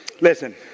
listen